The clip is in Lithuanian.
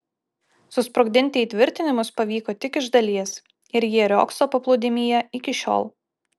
susprogdinti įtvirtinimus pavyko tik iš dalies ir jie riogso paplūdimyje iki šiol